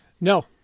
No